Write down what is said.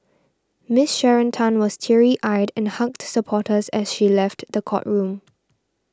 Miss Sharon Tan was teary eyed and hugged supporters as she left the courtroom